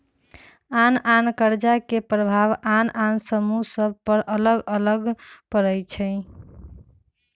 आन आन कर्जा के प्रभाव आन आन समूह सभ पर अलग अलग पड़ई छै